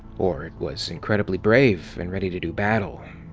or it was incredibly brave and ready to do battle.